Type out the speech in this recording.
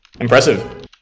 Impressive